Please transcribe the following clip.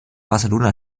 barcelona